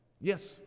Yes